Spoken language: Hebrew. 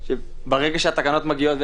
ברגע שהתקנות מגיעות,